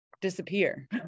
disappear